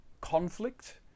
conflict